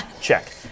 Check